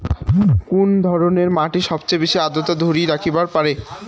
কুন ধরনের মাটি সবচেয়ে বেশি আর্দ্রতা ধরি রাখিবার পারে?